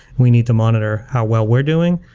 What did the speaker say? we need to monitor how well we're doing.